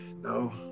No